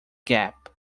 gap